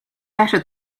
better